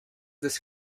this